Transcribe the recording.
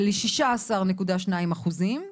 ל-16.2%.